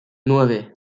nueve